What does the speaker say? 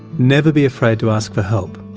never be afraid to ask for help.